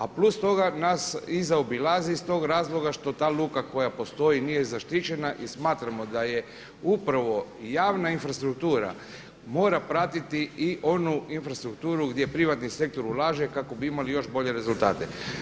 A plus toga nas i zaobilazi iz tog razloga što ta luka koja postoji nije zaštićena i smatramo da upravo javna infrastruktura mora pratiti i onu infrastrukturu gdje privatni sektor ulaže kako bi imali još bolje rezultate.